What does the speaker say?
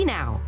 Now